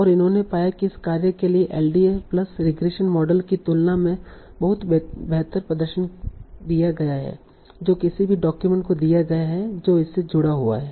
और उन्होंने पाया कि इस कार्य के लिए एलडीए प्लस रिग्रेशन मॉडल की तुलना में बहुत बेहतर प्रदर्शन दिया गया है जो किसी भी डॉक्यूमेंट को दिया गया है जो इसे जुड़ा हुआ है